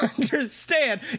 understand